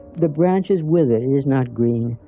the branch is withered is not green.